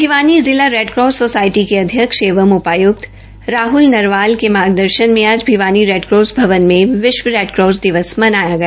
भिवानी जिला Red Cross society के अध्यक्ष एवं उपाय्क्त राहल नरवाल के मार्गदर्षन में आज भिवानी रेडकास भवन में विष्व रेडकॉस दिवस मनाया गया